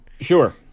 sure